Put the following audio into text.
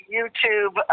YouTube